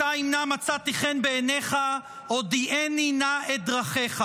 מעשה העגל: "ועתה אם נא מצאתי חן בעיניך הודיעני נא את דרכך".